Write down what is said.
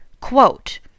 quote